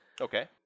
Okay